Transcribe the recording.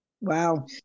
wow